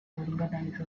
organize